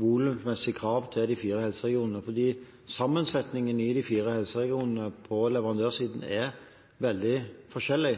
volummessig krav til de fire helseregionene, for sammensetningen i de fire helseregionene på leverandørsiden er veldig forskjellig.